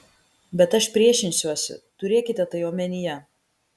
bet aš priešinsiuosi turėkite tai omenyje